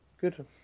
Good